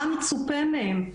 מה מצופה מהם.